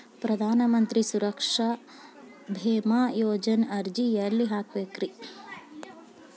ಪ್ರಧಾನ ಮಂತ್ರಿ ಸುರಕ್ಷಾ ಭೇಮಾ ಯೋಜನೆ ಅರ್ಜಿ ಎಲ್ಲಿ ಹಾಕಬೇಕ್ರಿ?